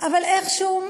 אבל איכשהו,